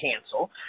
cancel